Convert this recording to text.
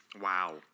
Wow